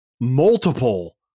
multiple